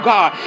God